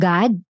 God